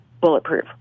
bulletproof